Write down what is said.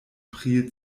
priel